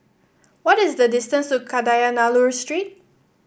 what is the distance to Kadayanallur Street